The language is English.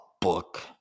book